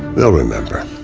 they'll remember.